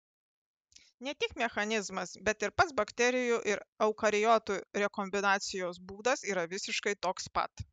ne tik mechanizmas bet ir pats bakterijų ir eukariotų rekombinacijos būdas yra visiškai toks pat